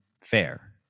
fair